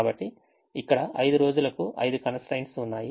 కాబట్టి ఇక్కడ 5 రోజులకు 5 constraints ఉన్నాయి